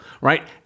right